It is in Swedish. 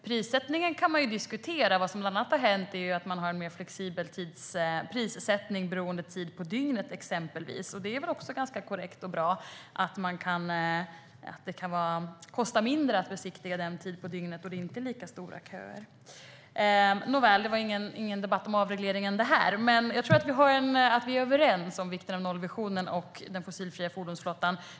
Prissättningen kan man diskutera. Vad som bland annat har hänt är att det blivit en mer flexibel prissättning, exempelvis beroende på tid på dygnet. Det är väl också ganska bra att det kostar mindre att besiktiga sin bil den tid på dygnet då det inte är så långa köer. Nåväl, det här var ingen debatt om avregleringen. Men jag tror att vi är överens om vikten av nollvisionen och den fossilfria fordonsflottan.